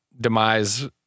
demise